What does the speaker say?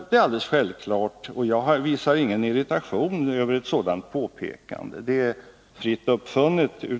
Det är alldeles självklart att det finns ideologiska skillnader bakom de båda synsätten.